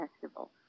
festival